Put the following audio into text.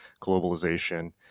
globalization